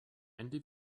ende